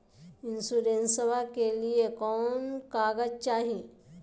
इंसोरेंसबा के लिए कौन कागज चाही?